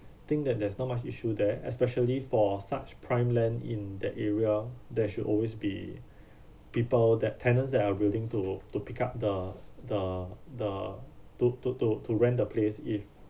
think that there's not much issue there especially for such prime land in that area there should always be people that tenants that are willing to to pick up the the the to to to to rent the place if